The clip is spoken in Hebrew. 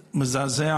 זה מזעזע